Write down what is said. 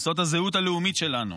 זאת הזהות הלאומית שלנו.